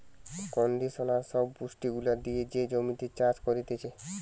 conditioner সব পুষ্টি গুলা দিয়ে যে জমিতে চাষ করতিছে